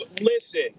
listen